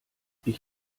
ich